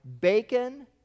bacon